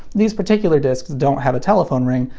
these particular discs don't have a telephone ring,